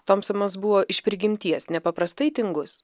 tomsonas buvo iš prigimties nepaprastai tingus